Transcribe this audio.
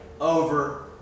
over